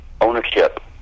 ownership